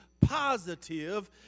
positive